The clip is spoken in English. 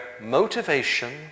motivation